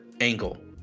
angle